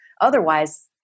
Otherwise